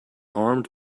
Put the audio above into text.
armed